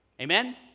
Amen